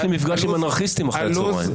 יש לי פגישה עם אנרכיסטים אחרי הצוהריים.